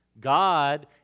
God